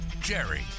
Jerry